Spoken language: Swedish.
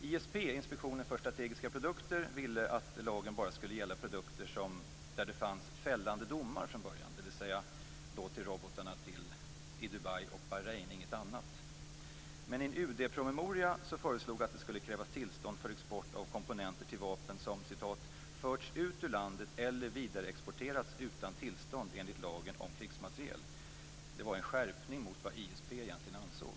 ISP, Inspektionen för strategiska produkter, ville att lagen bara skulle gälla produkter för vilka det fanns fällande domar från början, dvs. till robotarna i Dubai och Bahrain och inga andra. Men det som föreslogs i en UD-promemoria, att det skulle finnas tillstånd för export av komponenter till vapen som "förts ut ur landet eller vidareexporterats utan tillstånd enligt lagen om krigsmateriel" var en skärpning mot vad ISP egentligen ansåg.